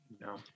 No